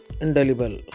indelible